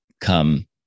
Come